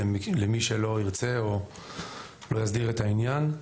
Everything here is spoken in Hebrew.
למי שלא ירצה או לא יסדיר את העניין,